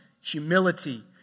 humility